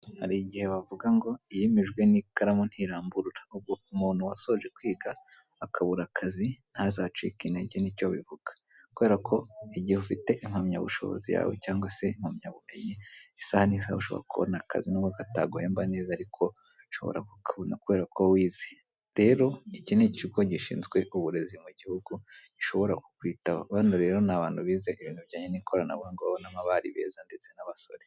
hari igihe bavuga ngo yemejwe n'ikaramu ntiramburura ubwo umuntu wasoje kwiga akabura akazi ntazacika intege'icyo bivuga kubera ko igihe ufite impamyabushobozi yawe cyangwa se impamyabumenyi isaaha ni saaha ushobora kubona akazi nubwo kataguhemba neza ariko ushobora kukabona kubera ko wize rero iki ni ikigo gishinzwe uburezi mu gihugu gishobora kukwitaho hano rero ni abantu bize ibintu bijyanye n'ikoranabuhanga urabonamo abari beza ndetse n'abasore.